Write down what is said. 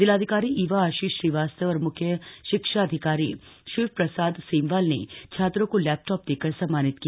जिलाधिकारी ईवा आशीष श्रीवास्तव और म्रख्य शिक्षाधिकारी शिव प्रसाद सेमवाल ने छात्रों को लैपटॉप देकर सम्मानित किया